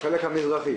בחלק המזרחי,